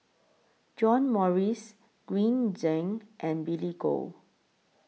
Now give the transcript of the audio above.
John Morrice Green Zeng and Billy Koh